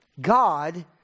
God